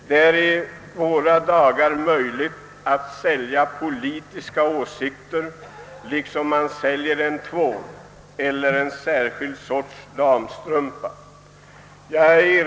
Det är i våra dagar möjligt att sälja politiska åsikter på samma sätt som man säljer tvål och damstrumpor.